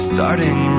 Starting